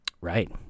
Right